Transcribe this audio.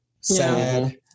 sad